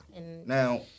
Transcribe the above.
Now